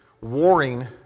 warring